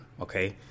Okay